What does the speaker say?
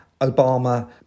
Obama